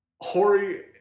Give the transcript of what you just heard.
Hori